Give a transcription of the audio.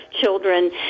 children